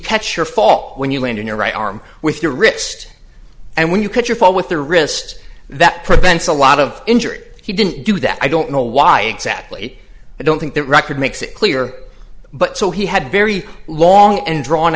catch your fall when you land on your right arm with your wrist and when you cut your fall with the wrist that prevents a lot of injury he didn't do that i don't know why exactly i don't think that record makes it clear but so he had very long and drawn